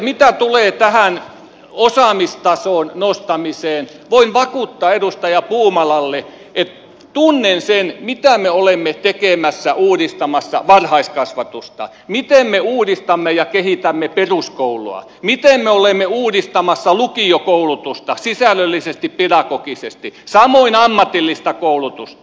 mitä tulee tähän osaamistason nostamiseen voin vakuuttaa edustaja puumalalle että tunnen sen mitä me olemme tekemässä uudistamassa varhaiskasvatusta miten me uudistamme ja kehitämme peruskoulua miten me olemme uudistamassa lukiokoulutusta sisällöllisesti pedagogisesti samoin ammatillista koulutusta